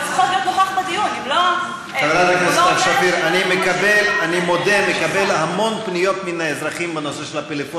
הוא יושב כאן עם אוזנייה ולא מקשיב אפילו לדיון במליאה.